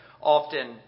often